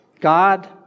God